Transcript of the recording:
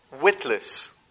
Witless